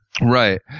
Right